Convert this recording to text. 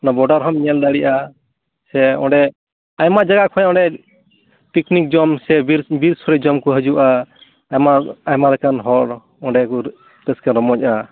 ᱚᱱᱟ ᱵᱚᱰᱟᱨ ᱦᱚᱸᱢ ᱧᱮᱞ ᱫᱟᱲᱤᱼᱟ ᱥᱮ ᱚᱸᱰᱮ ᱟᱭᱢᱟ ᱡᱟᱭᱜᱟ ᱠᱷᱚᱡ ᱚᱸᱰᱮ ᱯᱤᱠᱱᱤᱠ ᱡᱚᱢᱧᱩ ᱥᱮ ᱵᱤᱨ ᱵᱤᱨᱥᱳᱲᱮ ᱡᱚᱢ ᱠᱚ ᱦᱤᱡᱩᱜᱼᱟ ᱟᱭᱢᱟ ᱟᱭᱢᱟ ᱞᱮᱠᱟᱱ ᱦᱚᱲ ᱚᱸᱰᱮ ᱠᱚ ᱨᱟᱹᱥᱠᱟᱹ ᱨᱚᱢᱚᱡᱟ